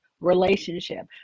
relationship